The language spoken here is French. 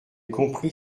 comprit